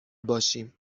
باشیم